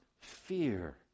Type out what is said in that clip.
fear